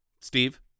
Steve